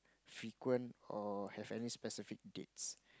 frequent or have any specific dates